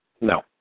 No